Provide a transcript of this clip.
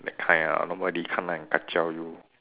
that kind ah nobody come and kacau you